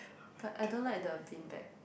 but I don't like the bean bag